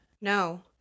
No